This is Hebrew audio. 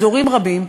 אז הורים רבים,